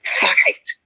fight